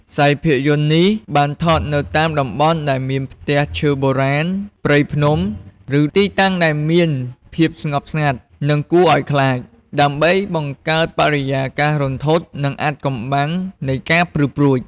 ខ្សែភាពយន្តនេះបានថតនៅតាមតំបន់ដែលមានផ្ទះឈើបុរាណ ព្រៃភ្នំ ឬទីតាំងដែលមានភាពស្ងប់ស្ងាត់ និងគួរឱ្យខ្លាច ដើម្បីបង្កើតបរិយាកាសរន្ធត់ និងអាថ៌កំបាំងនៃការព្រឺព្រួច ។